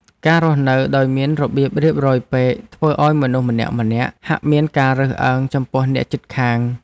ការរស់នៅដោយមានរបៀបរៀបរយពេកធ្វើឱ្យមនុស្សម្នាក់ៗហាក់មានការរើសអើងចំពោះអ្នកជិតខាង។